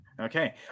Okay